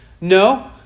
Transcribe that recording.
No